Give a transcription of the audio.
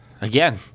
again